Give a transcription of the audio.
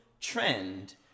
trend